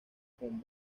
con